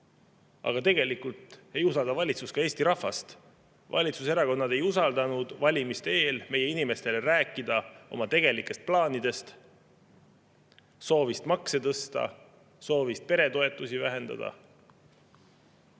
aga tegelikult ei usalda valitsus ka Eesti rahvast. Valitsuserakonnad ei usaldanud valimiste eel meie inimestele rääkida oma tegelikest plaanidest: soovist makse tõsta, soovist peretoetusi vähendada.